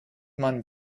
man